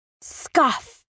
Scuff